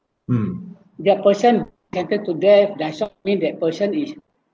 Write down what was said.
that person sentenced to death does not means that person is